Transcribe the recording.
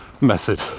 method